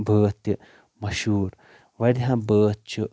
بٲتھ تہِ مشہوٗر وارِیاہ بٲتھ چھِ